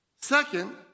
Second